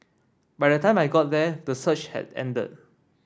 by the time I got there the surge had ended